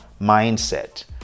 mindset